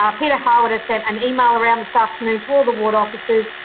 ah peta harwood has sent an email around this afternoon to all the ward officers.